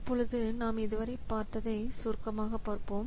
இப்பொழுது நாம் இதுவரை பார்த்ததை சுருக்கமாக பார்ப்போம்